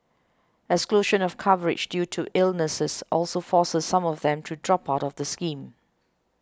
exclusion of coverage due to illnesses also forces some of them to drop out of the scheme